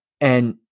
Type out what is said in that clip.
And-